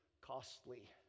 costly